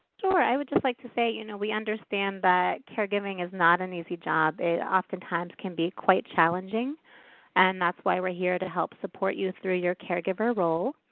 sure, i would just like to say you know we understand that caregiving is not an easy job. it oftentimes can be quite challenging and that's why we're here to help support you through your caregiver role.